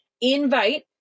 invite